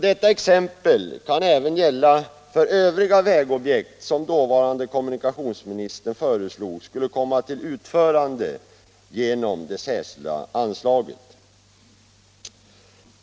Detta exempel kan även gälla för övriga vägobjekt som dåvarande kommunikationsministern föreslog skulle komma till utförande genom det särskilda anslaget.